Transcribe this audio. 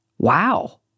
Wow